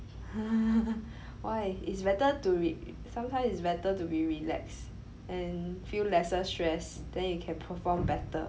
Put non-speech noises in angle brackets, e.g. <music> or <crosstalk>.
<laughs> why it's better to re~ sometimes it's better to be relaxed and feel lesser stress then you can perform better